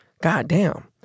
goddamn